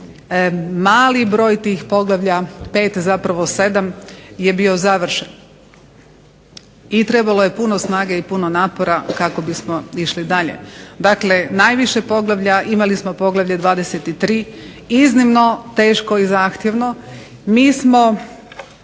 mali broj tih poglavlja 5, zapravo 7 je bio završen. I trebalo je puno snage i napora kako bismo išli dalje. Najviše poglavlja imali smo poglavlje 23. iznimno teško i zahtjevno, mi smo